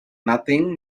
nothing